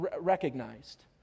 recognized